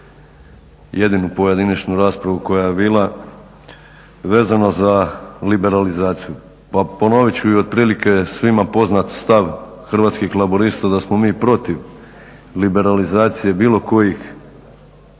jedinu pojedinačnu raspravu koja je bila, vezano za liberalizaciju, pa ponovit ću otprilike svima poznat stav Hrvatskih laburista da smo mi protiv liberalizacije bilo kojih